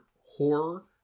horror